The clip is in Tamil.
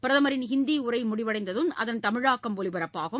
பிரதமரின் ஹிந்தி உரை முடிவடைந்ததும் அதன் தமிழாக்கம் ஒலிபரப்பாகும்